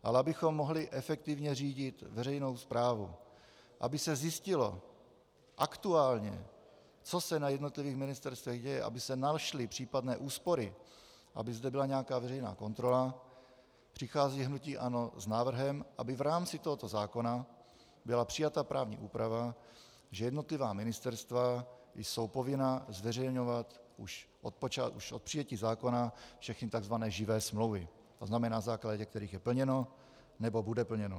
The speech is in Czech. Ale abychom mohli efektivně řídit veřejnou správu, aby se zjistilo aktuálně, co se na jednotlivých ministerstvech děje, aby se našly případné úspory, aby zde byla nějaká veřejná kontrola, přichází hnutí ANO s návrhem, aby v rámci tohoto návrhu zákona byla přijata právní úprava, že jednotlivá ministerstva jsou povinna zveřejňovat už od přijetí zákona všechny tzv. živé smlouvy, to znamená, na základě kterých je plněno nebo bude plněno.